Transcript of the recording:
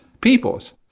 peoples